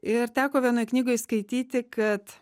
ir teko vienoj knygoj skaityti kad